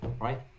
right